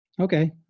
Okay